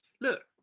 look